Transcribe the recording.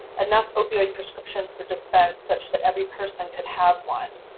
enough opioid prescriptions were dispensed such that every person could have one.